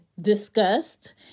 discussed